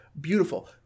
beautiful